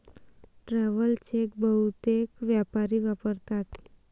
travel cheque बहुतेक व्यापारी वापरतात